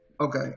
Okay